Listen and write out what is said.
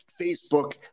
Facebook